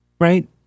right